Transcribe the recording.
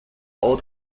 all